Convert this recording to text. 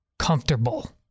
comfortable